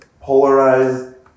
polarized